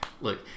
look